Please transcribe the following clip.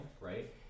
right